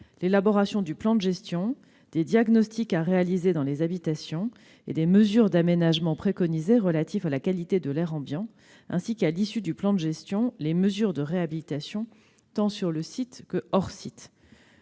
l'élaboration du plan de gestion des diagnostics à réaliser dans les habitations et des mesures d'aménagement préconisées relativement à la qualité de l'air ambiant, ainsi que, à l'issue du plan de gestion, les mesures de réhabilitation, à la fois sur site et hors site.